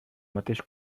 mateix